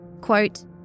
Quote